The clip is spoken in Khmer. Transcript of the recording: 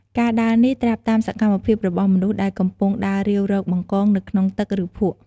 ការដើរនេះត្រាប់តាមសកម្មភាពរបស់មនុស្សដែលកំពុងដើររាវរកបង្កងនៅក្នុងទឹក ឬភក់។